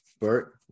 Bert